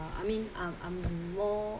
I mean I'm I'm more